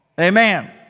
Amen